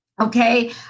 Okay